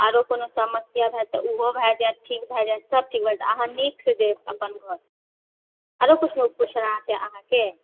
आरो कोनो समस्या होयत तऽ ओहो भए जाएत ठीक भए जाएत सब ठीक भए जाएत अहाँ नीक सऽ जेबै अपन घर आरो किछु पूछना छै अहाँकेॅं